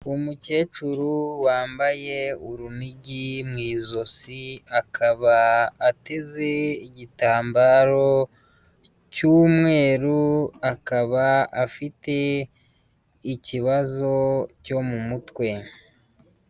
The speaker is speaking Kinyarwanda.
Umukecuru wambaye urunigi mu ijosi, akaba ateze igitambaro cy'umweru, akaba afite ikibazo cyo mu mutwe.